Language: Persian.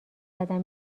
زدن